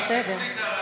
זה בסדר.